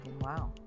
wow